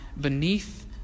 beneath